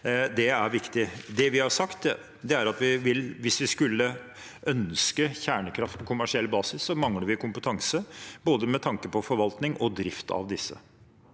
er viktig. Det vi har sagt, er at hvis vi skulle ønske kjernekraft på kommersiell basis, mangler vi kompetanse med tanke på både forvaltning og drift av disse.